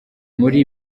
muri